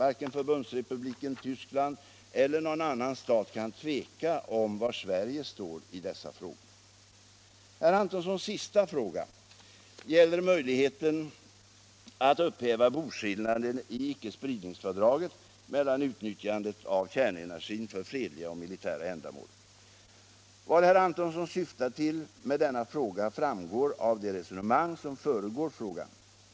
Varken Förbundsrepubliken Tyskland eller någon annan stat kan tveka om var Sverige står i dessa frågor. Herr Antonssons sista fråga gäller möjligheten att upphäva boskillnaden i icke-spridningsfördraget mellan utnyttjandet av kärnenergin för fredliga och militära ändamål. Vad herr Antonsson syftar till med denna fråga framgår av det resonemang som föregår frågan.